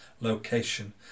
Location